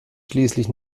schließlich